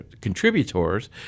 contributors